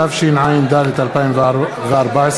התשע"ד 2014,